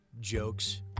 jokes